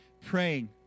Praying